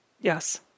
Yes